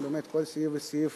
באמת כל סעיף וסעיף,